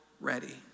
ready